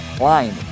line